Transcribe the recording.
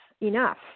enough